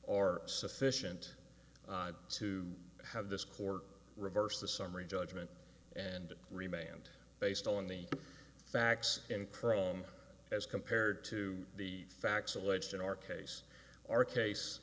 or sufficient to have this court reversed the summary judgment and remained based on the facts in chrome as compared to the facts alleged in our case our case